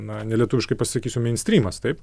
na nelietuviškai pasakysiu meinstrymas taip